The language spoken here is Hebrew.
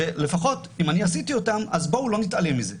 אז בואו לא נתעלם מזה.